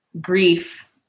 grief